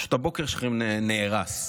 פשוט הבוקר שלכם נהרס.